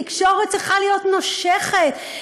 תקשורת צריכה להיות נושכת,